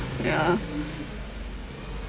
yeah